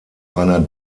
einer